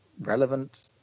relevant